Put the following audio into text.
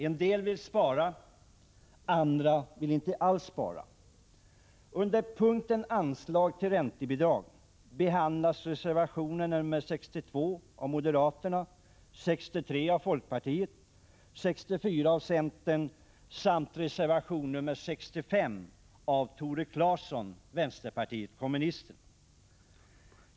En del vill spara, andra vill inte alls spara. Det har avgetts fyra reservationer under punkten anslag till räntebidrag, reservationerna 62 av moderaterna, 63 av folkpartiet, 64 av centern samt 65 av Tore Claeson, vpk.